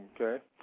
Okay